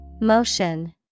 Motion